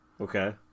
Okay